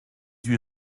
huit